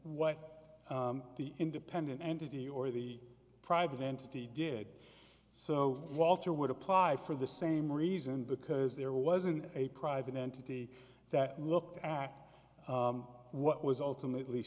what the independent entity or the private entity did so walter would apply for the same reason because there wasn't a private entity that looked ach what was ultimately